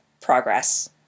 progress